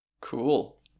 Cool